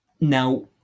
Now